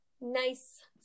nice